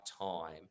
time